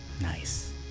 nice